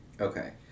Okay